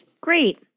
Great